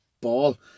ball